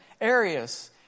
areas